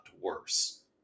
worse